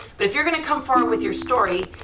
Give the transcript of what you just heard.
but if you're gonna come forward with your story.